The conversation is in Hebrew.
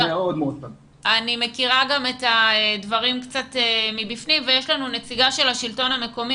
אני מכירה קצת את הדברים ויש לנו נציגה של השלטון המקומי